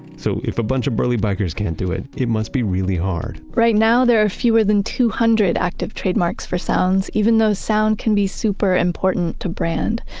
so, if a bunch of burly bikers can't do it, it must be really hard right now, there are fewer than two hundred active trademarks for sounds, even though sound can be super important to brand.